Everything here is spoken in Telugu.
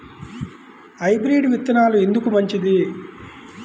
హైబ్రిడ్ విత్తనాలు ఎందుకు మంచిది?